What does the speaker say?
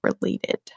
related